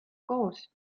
koos